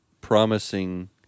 promising